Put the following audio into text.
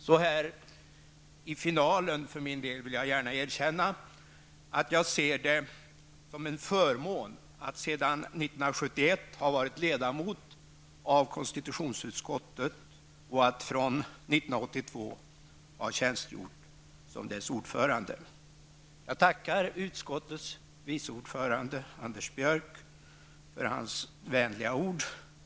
Så här i finalen vill jag för min egen del gärna erkänna att jag ser det som en förmån att sedan 1971 ha varit ledamot av konstitutionsutskottet och att från 1982 ha tjänstgjort som dess ordförande. Jag tackar utskottets vice ordförande Anders Björck för hans vänliga ord.